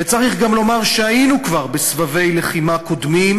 וצריך גם לומר שהיינו כבר בסבבי לחימה קודמים,